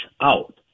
out